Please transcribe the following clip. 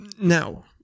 Now